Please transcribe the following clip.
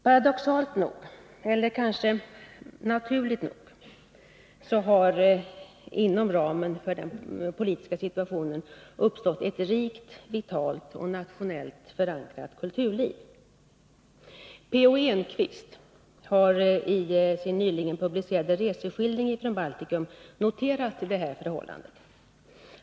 Paradoxalt nog — eller kanske naturligt nog — har inom ramen för den politiska situationen uppstått ett rikt, vitalt och nationellt förankrat kulturliv. P. O. Enquist har i sin nyligen publicerade reseskildring från Baltikum noterat detta förhållande.